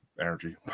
energy